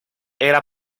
era